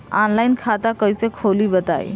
Online खाता कइसे खोली बताई?